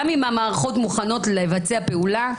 גם אם המערכות מוכנות לבצע פעולה,